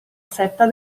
setta